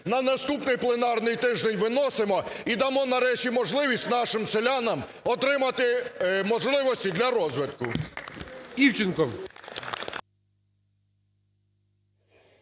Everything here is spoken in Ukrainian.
на наступний пленарний тиждень виносимо і дамо нарешті можливість нашим селянам отримати можливості для розвитку.